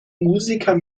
musiker